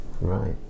Right